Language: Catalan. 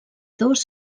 dos